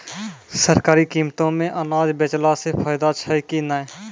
सरकारी कीमतों मे अनाज बेचला से फायदा छै कि नैय?